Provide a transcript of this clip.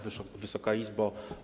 Wysoka Izbo!